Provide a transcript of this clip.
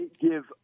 give